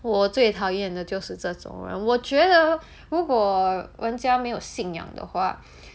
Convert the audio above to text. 我最讨厌的就是这种人我觉得如果人家没有信仰的话